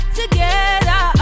together